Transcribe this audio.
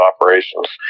operations